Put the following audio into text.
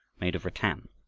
made of rattan.